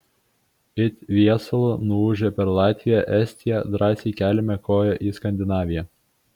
it viesulu nuūžę per latviją estiją drąsiai keliame koją į skandinaviją